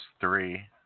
three